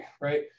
right